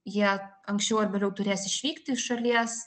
jie anksčiau ar vėliau turės išvykti iš šalies